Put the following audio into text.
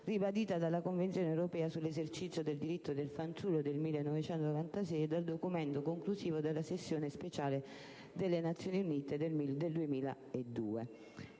ribadita dalla Convenzione europea sull'esercizio del diritti dei fanciulli del 1996 e dal documento conclusivo della sessione speciale delle Nazioni Unite del 2002.